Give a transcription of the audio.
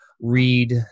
read